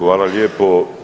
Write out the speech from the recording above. Hvala lijepo.